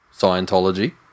Scientology